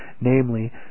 Namely